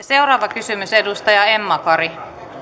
seuraava kysymys edustaja emma kari